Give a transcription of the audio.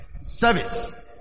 service